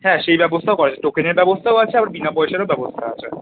হ্যাঁ সেই ব্যবস্থাও করা আছে টোকেনের ব্যবস্থাও আছে আবার বিনা পয়সারও ব্যবস্থা আছে